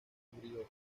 descubridor